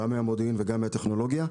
גם מהמודיעין וגם מהטכנולוגיה,